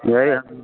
ꯌꯥꯏ ꯌꯥꯏ